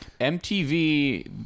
MTV